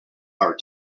our